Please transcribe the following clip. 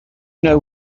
know